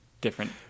different